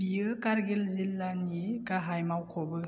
बेयो कारगिल जिल्लानि गाहाय मावख'बो